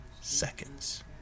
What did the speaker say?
seconds